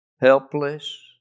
helpless